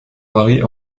varient